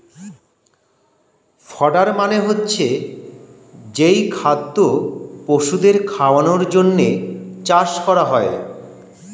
fodder মানে হচ্ছে যেই খাদ্য পশুদের খাওয়ানোর জন্যে চাষ করা হয়